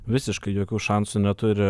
visiškai jokių šansų neturi